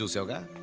yoga